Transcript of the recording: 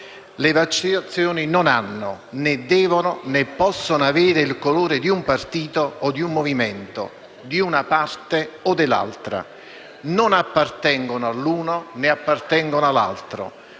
Le vaccinazioni non hanno, né devono, né possono avere il colore di un partito o di un movimento, di una parte o dell'altra. Non appartengono all'uno, né appartengono all'altro.